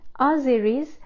Azeris